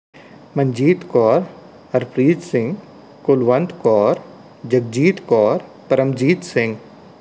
Manjeet Kaur Harpreet Singh Kulwant Kaur Jagjit Kaur Paramjit Singh